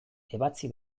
ebatzi